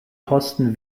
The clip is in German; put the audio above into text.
posten